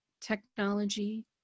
technology